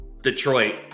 Detroit